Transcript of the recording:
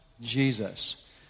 Jesus